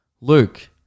Luke